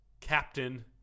captain